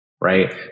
right